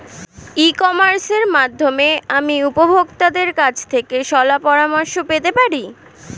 ই কমার্সের মাধ্যমে আমি উপভোগতাদের কাছ থেকে শলাপরামর্শ পেতে পারি?